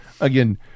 again